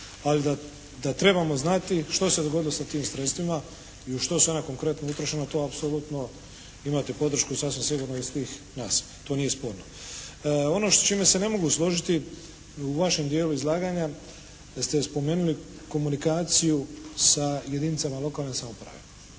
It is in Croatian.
Ali da trebamo znati što se dogodilo sa tim sredstvima i u što su ona konkretno utrošena to apsolutno imate podršku sasvim sigurno i svih nas. To nije sporno. Ono s čime se ne mogu složiti u vašem dijelu izlaganja ste spomenuli komunikaciju sa jedinicama lokalne samouprave,